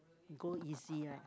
go easy right